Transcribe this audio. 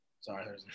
Sorry